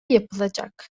yapılacak